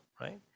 right